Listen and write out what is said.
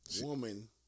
woman